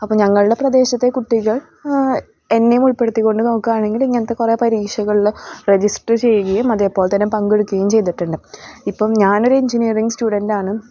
അപ്പം ഞങ്ങളുടെ പ്രദേശത്തെ കുട്ടികൾ എന്നെയും ഉൾപ്പെടുത്തിക്കൊണ്ട് നോക്കുവാണെങ്കിൽ ഇങ്ങനത്തെ കുറേ പരീക്ഷകളിൽ രജിസ്റ്റർ ചെയ്യുകയും അതേപോലെ തന്നെ പങ്കെടുക്കുകയും ചെയ്തിട്ടുണ്ട് ഇപ്പം ഞാനൊരു എൻജിനീയറിങ് സ്റ്റുഡന്റ് ആണ്